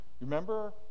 Remember